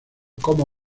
como